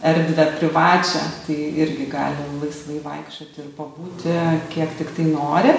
erdvę privačią tai irgi gali laisvai vaikščioti ir pabūti kiek tiktai nori